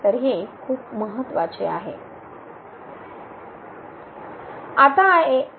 तर हे खूप महत्वाचे आहे